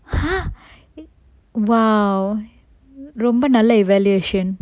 !huh! !wow! ரொம்ப நல்ல:romba nalla evaluation